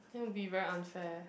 then will be very unfair